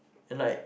and like